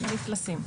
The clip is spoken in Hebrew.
מפלסים.